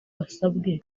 basabwe